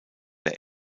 der